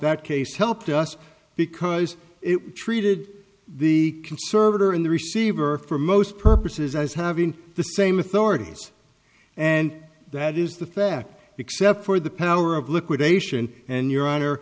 that case helped us because it treated the conservator in the receiver for most purposes as having the same authorities and that is the fact except for the power of liquidation and your honor